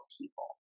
people